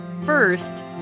First